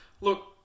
look